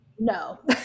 No